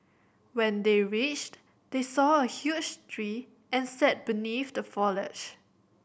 when they reached they saw a huge tree and sat beneath the foliage